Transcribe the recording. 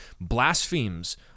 blasphemes